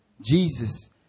Jesus